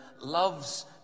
loves